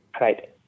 right